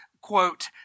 quote